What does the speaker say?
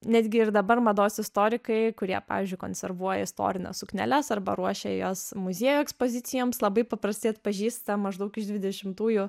netgi ir dabar mados istorikai kurie pavyzdžiui konservuoja istorines sukneles arba ruošia juos muziejų ekspozicijoms labai paprastai atpažįsta maždaug iš dvidešimtųjų